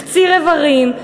קציר איברים,